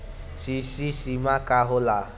CC सीमा का होला?